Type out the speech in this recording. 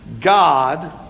God